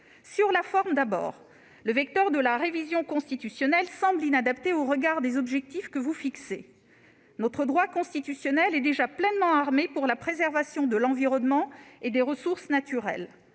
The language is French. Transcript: la forme, le vecteur de la révision constitutionnelle semble inadapté au regard des objectifs fixés. Notre droit constitutionnel est déjà pleinement armé pour la préservation de l'environnement et des ressources naturelles,